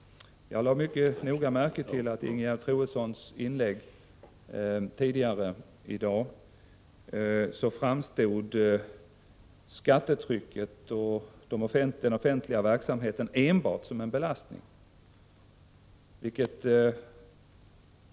Jag lade mycket noga märke till att i Ingegerd Troedssons inlägg tidigare i dag framstod skattetrycket och den offentliga verksamheten enbart som en belastning.